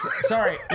sorry